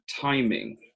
timing